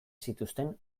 zituzten